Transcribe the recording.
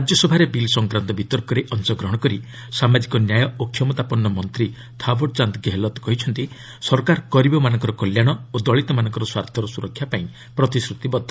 ରାଜ୍ୟସଭାରେ ବିଲ୍ ସଂକ୍ରାନ୍ତ ବିତର୍କରେ ଅଂଶଗ୍ରହଣ କରି ସାମାଜିକ ନ୍ୟାୟ ଓ କ୍ଷମତାପନ୍ଧ ମନ୍ତ୍ରୀ ଥାବଡ୍ଚାନ୍ଦ ଗେହେଲତ୍ କହିଛନ୍ତି ସରକାର ଗରିବମାନଙ୍କର କଲ୍ୟାଣ ଓ ଦଳିତମାନଙ୍କ ସ୍ୱାର୍ଥର ସୁରକ୍ଷା ପାଇଁ ପ୍ରତିଶ୍ରତିବଦ୍ଧ